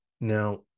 Now